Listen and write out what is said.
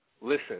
Listen